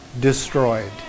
destroyed